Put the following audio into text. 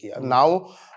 Now